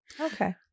Okay